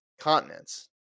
continents